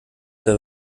der